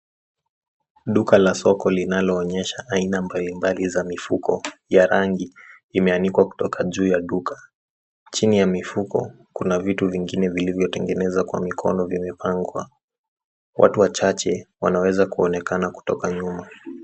Duka la soko linalo onyesha aina mbalimbali za mifuko ya rangi imeanikwa kutoka juu ya duka. Chini ya mifuko, kuna vitu vingine vilivyotengenezwa kwa mikono vimepangwa. Watu wachache wanaweza kuonekana nyuma.